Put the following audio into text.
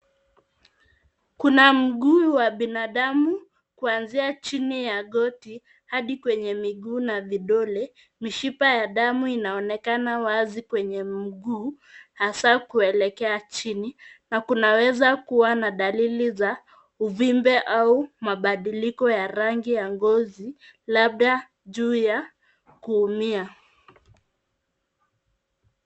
Kuna mguu wa binadamu kuanzia chini ya goti, hadi kwenye miguu na vidole, mishipa ya damu inaonekana wazi kwenye mguu, hasa kuelekea chini na kunaweza kuwa na dalili za uvimbe au mabadiliko ya rangi ya ngozi labda juu ya kuumia.